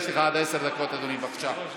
יש לך עד עשר דקות, אדוני, בבקשה.